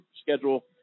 schedule